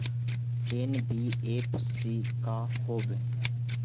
NBFC का होब?